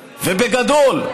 ובגדול.